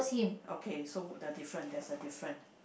okay so the different there's a difference